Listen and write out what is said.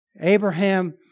Abraham